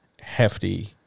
hefty